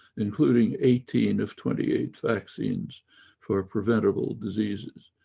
including eighteen of twenty eight vaccines for preventable diseases,